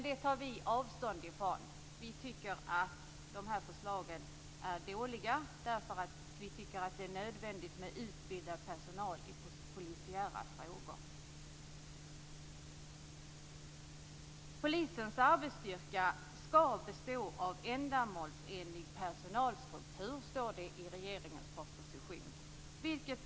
Det tar vi avstånd från. Vi tycker att sådana förslag är dåliga; vi tycker att det är nödvändigt med utbildad personal i polisiära frågor. Polisens arbetsstyrka skall ha ändamålsenlig personalstruktur, står det i regeringens proposition.